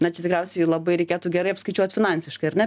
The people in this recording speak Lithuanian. na čia tikriausiai labai reikėtų gerai apskaičiuot finansiškai ar ne